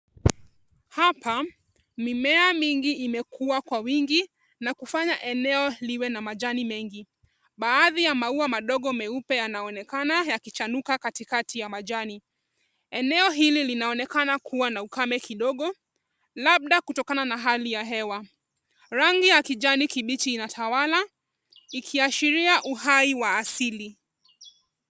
Hapa mimea mingi imekuwa kwa wingi na kufanya eneo liwe na majani mengi. Baadhi ya maua madogo meupe yanaonekana yakichanuka katikati ya majani. Eneo hili linaonekana kuwa na ukame kidogo, labda kutokana na hali ya hewa. Rangi ya kijani kibichi inatawala, ikiashiria uhai wa asili.